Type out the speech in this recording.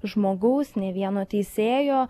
žmogaus nė vieno teisėjo